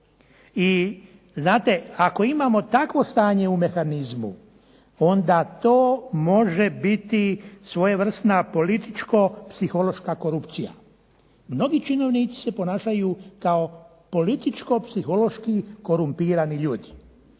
I znate, ako imamo takvo stanje u mehanizmu onda to može biti svojevrsna političko-psihološka korupcija. Mnogi činovnici se ponašaju kao političko-psihološki korumpirani ljudi,